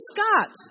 Scott